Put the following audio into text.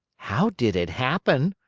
how did it happen!